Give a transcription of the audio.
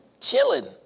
chilling